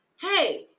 Hey